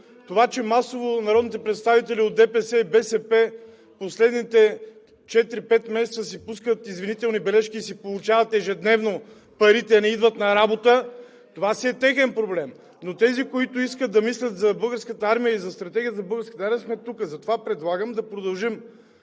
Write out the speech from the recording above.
Това че масово народните представители от ДПС и БСП в последните четири-пет месеца си пускат извинителни бележки и си получават ежедневно парите, а не идват на работа, това си е техен проблем. Но тези, които искат да мислят за Българската армия, и за Стратегията за Българската армия сме тук. Затова предлагам да продължим